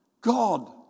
God